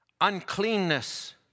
uncleanness